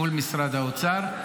מול משרד האוצר,